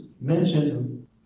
mentioned